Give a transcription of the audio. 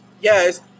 yes